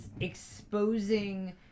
exposing